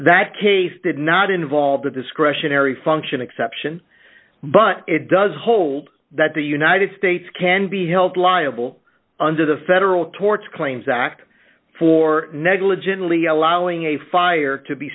that case did not involve the discretionary function exception but it does hold that the united states can be held liable under the federal tort claims act for negligently allowing a fire to be